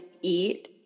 eat